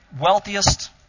wealthiest